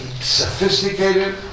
sophisticated